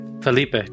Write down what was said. felipe